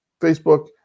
Facebook